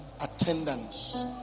attendance